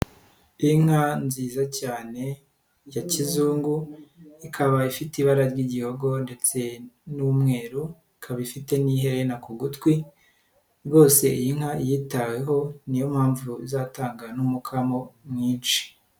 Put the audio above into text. Inka nziza cyane ya kizungu, ikaba ifite ibara ry'igihogo ndetse n'umweru ikaba ifite n'iherena ku gutwi, rwose iyi nka yitaweho niyo mpamvu izatanga n'umukamo mwinshi.